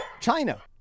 China